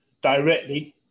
directly